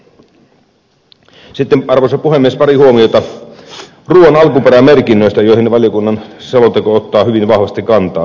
sitten arvoisa puhemies pari huomiota ruuan alkuperämerkinnöistä joihin valiokunnan selonteko ottaa hyvin vahvasti kantaa